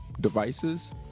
devices